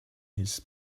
his